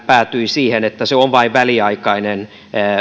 päätyi siihen että se on vain väliaikainen